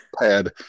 pad